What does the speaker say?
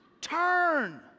Turn